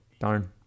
Darn